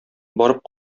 барып